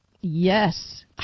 Yes